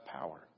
power